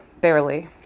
barely